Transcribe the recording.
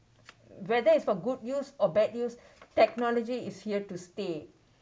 whether is for good use or bad use technology is here to stay